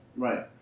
right